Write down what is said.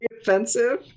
offensive